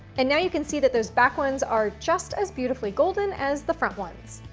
and now you can see that those back ones are just as beautifully golden as the front ones.